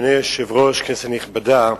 אדוני היושב-ראש, כנסת נכבדה,